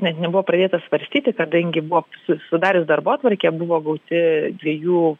net nebuvo pradėta svarstyti kadangi buvo su sudarius darbotvarkę buvo gauti dviejų